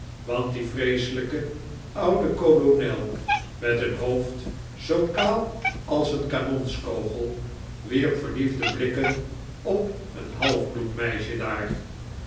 want die vreeselijke oude kolonel met een hoofd zoo kaal als een kanonskogel wierp verliefde blikken op een half bloed meisje daar